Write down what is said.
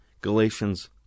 Galatians